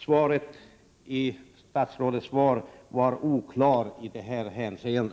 Statsrådets svar var oklart i detta hänseende.